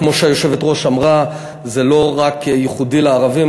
כמו שהיושבת-ראש אמרה, זה לא ייחודי לערבים.